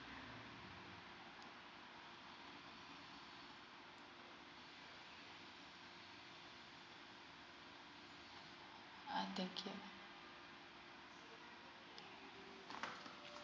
uh thank you